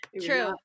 True